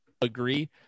agree